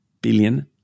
billion